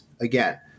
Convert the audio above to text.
again